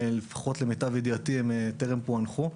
לפחות למיטב ידיעתי הם טרם פוענחו.